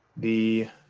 the